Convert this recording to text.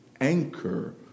anchor